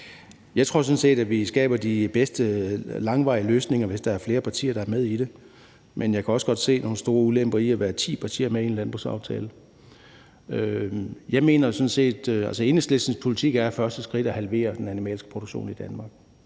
Jeg tror sådan set, at vi skaber de bedste langvarige løsninger, hvis der er flere partier, der er med i det, men jeg kan også godt se nogle store ulemper i at være ti partier med i en landbrugsaftale. Enhedslistens politik er som det første skridt at halvere den animalske produktion i Danmark.